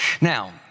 Now